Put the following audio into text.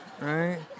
Right